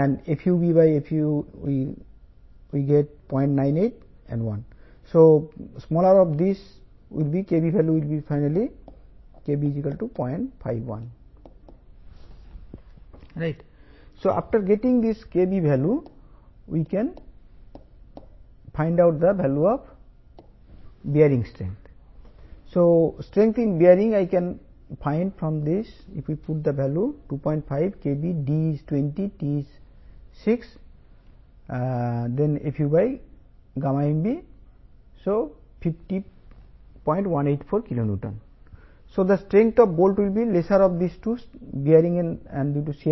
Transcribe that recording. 51 bearing లో strength కాబట్టి bolt యొక్క స్ట్రెంగ్త్ 50184 N 50